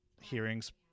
hearings